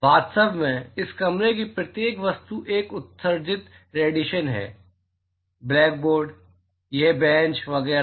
वास्तव में इस कमरे की प्रत्येक वस्तु एक उत्सर्जित रेडिएशन है ब्लैकबोर्ड यह बेंच वगैरह